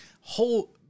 whole